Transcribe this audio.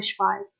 bushfires